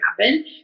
happen